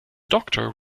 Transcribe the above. doctor